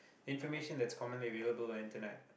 information that's commonly available Internet